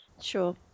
Sure